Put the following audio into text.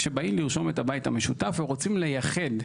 כשבאים לרשום את הבית המשותף ורוצים לייחד,